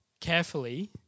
carefully